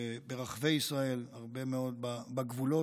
ברחבי ישראל היא הרבה מאוד בגבולות.